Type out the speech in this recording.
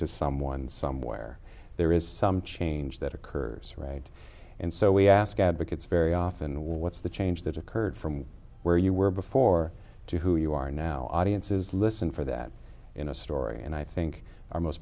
to someone somewhere there is some change that occurs right and so we ask advocates very often what's the change that occurred from where you were before to who you are now audiences listen for that in a story and i think our most